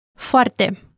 Foarte